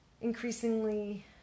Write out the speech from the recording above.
increasingly